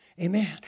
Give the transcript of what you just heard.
Amen